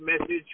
message